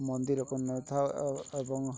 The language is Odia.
ମନ୍ଦିରକୁ ନେଉଥାଉ ଏବଂ